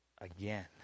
again